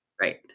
Right